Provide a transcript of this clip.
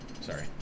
Sorry